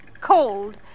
Cold